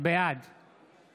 בעד